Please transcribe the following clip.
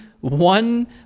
one